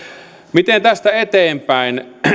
miten tästä eteenpäin